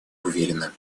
уверенно